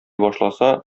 башласа